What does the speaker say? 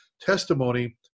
testimony